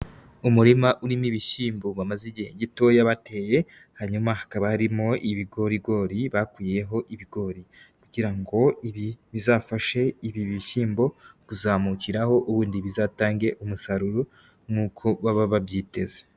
Umurima urimo ibishyimbo bamaze igihe gitoya bateye, hanyuma hakaba harimo ibigorigori bakuyeho ibigori, kugira ngo ibi bizafashe ibi bishyimbo kuzamukiraho ubundi bizatange umusaruro nkuko baba babyiteze.